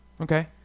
Okay